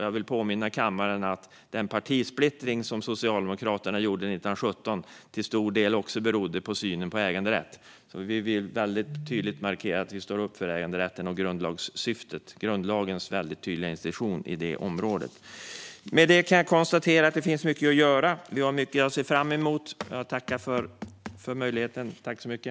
Jag vill påminna kammaren om att den partisplittring som Socialdemokraterna gjorde 1917 till stor del berodde på synen på äganderätt. Vi vill väldigt tydligt markera att vi står upp för äganderätten och grundlagssyftet - grundlagens tydliga instruktion på det området. Med det kan jag konstatera att det finns mycket att göra och vi har mycket att se fram emot. Jag tackar för ordet.